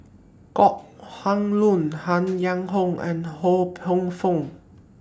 Kok Heng Leun Han Yong Hong and Ho Poh Fun